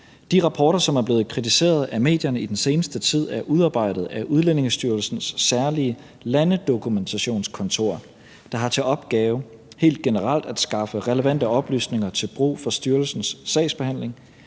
De rapporter, som er blevet kritiseret af medierne i den seneste tid, er udarbejdet af Udlændingestyrelsens særlige Landedokumentationskontor, der helt generelt har til opgave at skaffe relevante oplysninger til brug for styrelsens sagsbehandling.